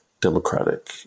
democratic